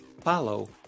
follow